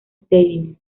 stadium